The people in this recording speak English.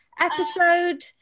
episode